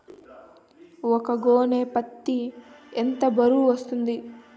ఒక గోనె పత్తి ఎంత బరువు వస్తుంది?